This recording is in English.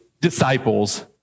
disciples